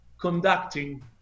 conducting